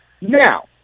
Now